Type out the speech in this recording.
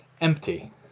empty